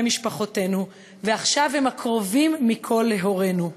משפחותינו ועכשיו הם הקרובים מכול להורינו,